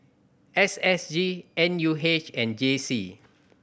S S G N U H and J C